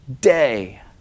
day